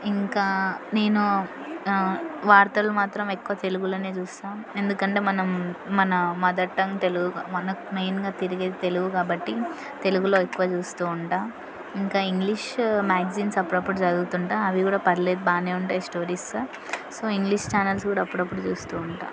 ఇంకా నేను వార్తలు మాత్రం ఎక్కువ తెలుగులోనే చూస్తా ఎందుకంటే మనం మన మదర్ టంగ్ తెలుగు మన మెయిన్గా తిరిగేది తెలుగు కాబట్టి తెలుగులో ఎక్కువ చూస్తూ ఉంటా ఇంకా ఇంగ్లీష్ మ్యాగ్జీన్సు అప్పుడప్పుడు చదువుతుంటా అవి పర్లేదు బానే ఉంటాయి స్టోరీస్ సో ఇంగ్లీష్ ఛానల్స్ కూడా అప్పుడప్పుడు చూస్తూ ఉంటా